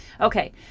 Okay